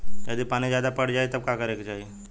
यदि पानी ज्यादा पट जायी तब का करे के चाही?